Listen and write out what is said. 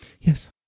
Yes